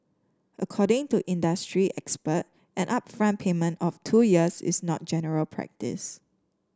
according to industry expert an upfront payment of two years is not general practice